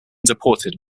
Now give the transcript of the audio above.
deported